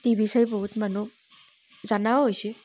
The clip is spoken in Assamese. টিভি চাই বহুত মানুহ জনাও হৈছে